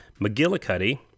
McGillicuddy